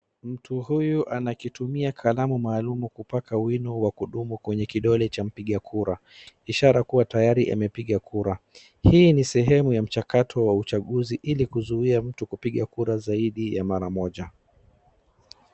Mtu huyu anaitumia kalamu maalum kupaka wino wa kudumu kwenye kidole cha mpiga kura, ishara kuwa tayari amepiga kura. Hii ni sehemu ya mchakato wa uchaguzi ili kuzuia mtu kupiga kura zaidi ya mara moja.